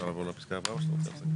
בנייה חדשה, אחוז אחד.